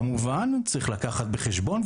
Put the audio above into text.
כמובן צריך לקחת בחשבון,